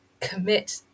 commit